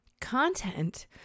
Content